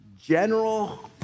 General